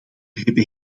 hebben